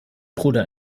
bruder